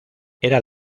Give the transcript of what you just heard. era